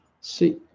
See